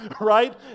right